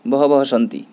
बहवः सन्ति